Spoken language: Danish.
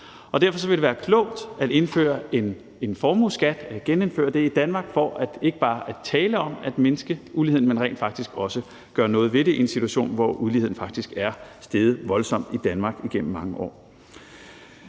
Derfor vil det være klogt at genindføre en formueskat i Danmark, hvis der ikke bare er tale om at mindske uligheden, men rent faktisk også om at gøre noget ved den, i en situation, hvor uligheden faktisk er steget voldsomt i Danmark igennem mange år.